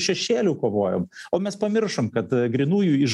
šešėliu kovojom o mes pamiršom kad grynųjų iš